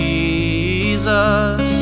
Jesus